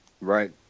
Right